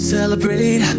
Celebrate